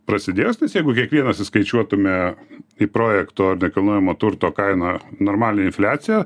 prasidės nes jeigu kiekvienas įskaičiuotume į projekto nekilnojamo turto kainą normalią infliaciją